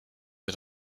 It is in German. wir